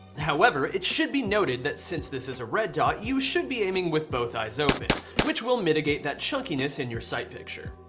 however, it should be noted that since this is a red dot, you should be aiming with both eyes open which will mitigate that chunkiness in your sight picture.